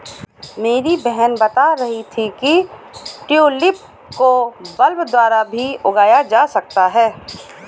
मेरी बहन बता रही थी कि ट्यूलिप को बल्ब द्वारा भी उगाया जा सकता है